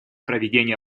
проведение